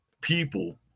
people